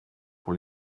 pour